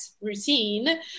routine